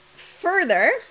further